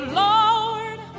lord